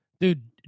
Dude